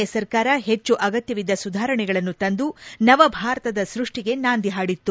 A ಸರ್ಕಾರ ಹೆಚ್ಚು ಅಗತ್ಯವಿದ್ದ ಸುಧಾರಣೆಗಳನ್ನು ತಂದು ನವಭಾರತದ ಸೃಷ್ಷಿಗೆ ನಾಂದಿ ಹಾಡಿತ್ತು